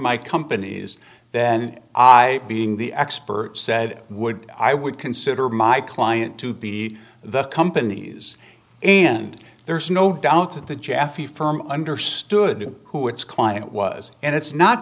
my companies then i being the expert said would i would consider my client to be the company's and there's no doubt that the jaffee firm understood who its client was and it's not